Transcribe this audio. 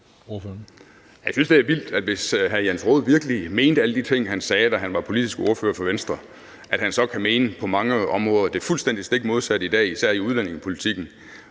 Jeg synes, det er vildt – hvis hr. Jens Rohde virkelig mente alle de ting, han sagde, da han var politisk ordfører for Venstre – at han så kan mene det på mange områder fuldstændig stik modsatte i dag, især i udlændingepolitikken,